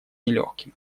нелегким